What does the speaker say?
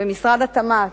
ומשרד התמ"ת,